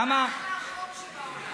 למה, אחלה חוק שבעולם.